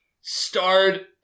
starred